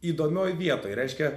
įdomioj vietoj reiškia